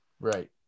Right